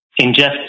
ingest